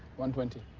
one twenty.